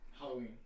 Halloween